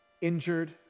injured